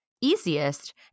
easiest